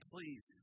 Please